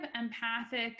empathic